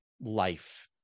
life